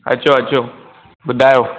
अचो अचो ॿुधायो